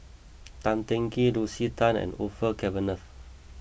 Tan Teng Kee Lucy Tan and Orfeur Cavenagh